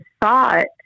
thought